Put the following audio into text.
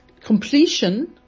completion